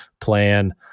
plan